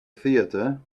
theater